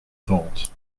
thought